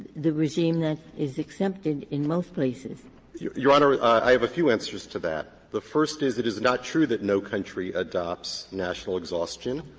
the regime that is accepted in most places. rosenkranz your honor, i have a few answers to that. the first is it is not true that no country adopts national exhaustion.